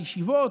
לישיבות.